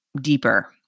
deeper